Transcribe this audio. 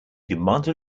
demanded